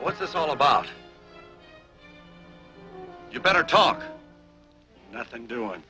what's this all about you better talk nothing doing